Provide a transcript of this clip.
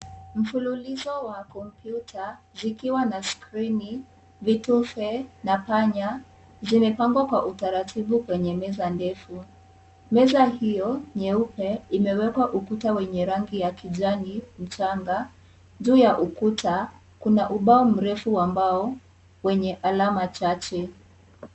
Mfululizo wa kompyuta zikiwa na skrini, vitufe na panya zimepangwa kwa utaratibu kwenye meza ndefu. Meza hiyo nyeupe imewekwa ukuta wenye rangi ya kijani mchanga. Juu ya ukuta kuna ubao mrefu ambao wenye alama chache.